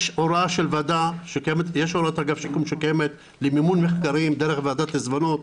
יש הוראת אגף שיקום שקיימת למימון מחקרים דרך ועדת עיזבונות,